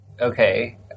Okay